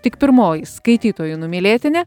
tik pirmoji skaitytojų numylėtinė